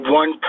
one